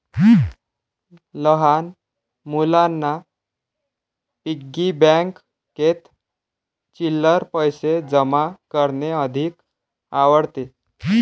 लहान मुलांना पिग्गी बँकेत चिल्लर पैशे जमा करणे अधिक आवडते